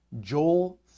Joel